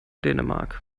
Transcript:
dänemark